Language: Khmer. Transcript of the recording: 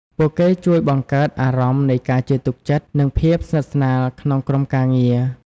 ពួកគេជួយបង្កើតអារម្មណ៍នៃការជឿទុកចិត្ត និងភាពស្និទ្ធស្នាលក្នុងក្រុមការងារ។